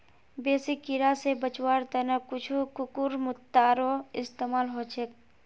बेसी कीरा स बचवार त न कुछू कुकुरमुत्तारो इस्तमाल ह छेक